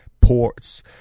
ports